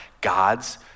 God's